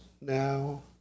now